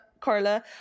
Carla